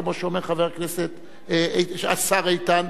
כמו שאומר חבר הכנסת השר איתן,